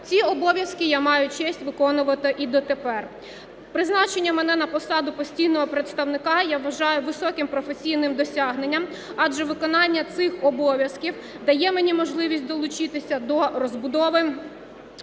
Ці обов'язки я маю честь виконувати і дотепер. Призначення мене на посаду постійного представника я вважаю високим професійним досягненням, адже виконання цих обов'язків дає мені можливість долучитися до розбудови